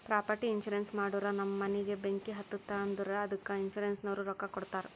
property insurance ಮಾಡೂರ್ ನಮ್ ಮನಿಗ ಬೆಂಕಿ ಹತ್ತುತ್ತ್ ಅಂದುರ್ ಅದ್ದುಕ ಇನ್ಸೂರೆನ್ಸನವ್ರು ರೊಕ್ಕಾ ಕೊಡ್ತಾರ್